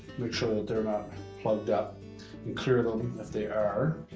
make sure that they're not plugged up and clear them if they are.